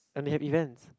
and they have events